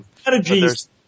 strategies